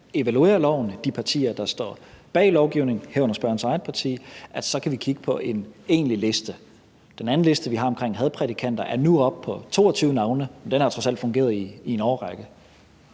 – altså de partier, der står bag lovgivningen, herunder spørgerens eget parti – for at evaluere loven, så kan vi kigge på en egentlig liste. Den anden liste, vi har, om hadprædikanter, er nu oppe på 22 navne, og den har trods alt fungeret i en årrække.